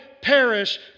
perish